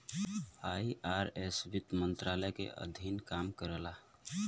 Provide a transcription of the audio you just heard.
IRS वित्त मंत्रालय के अधीन काम करला